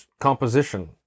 composition